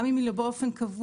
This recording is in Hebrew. גם אם היא לא באופן קבוע,